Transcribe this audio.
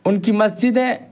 ان کی مسجدیں